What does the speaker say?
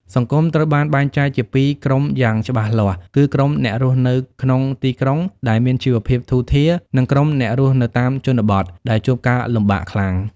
សង្គមត្រូវបានបែងចែកជាពីរក្រុមយ៉ាងច្បាស់លាស់ គឺក្រុមអ្នករស់នៅក្នុងទីក្រុងដែលមានជីវភាពធូរធារ និងក្រុមអ្នករស់នៅតាមជនបទដែលជួបការលំបាកខ្លាំង។